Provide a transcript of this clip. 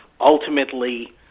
Ultimately